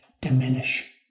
diminish